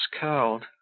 curled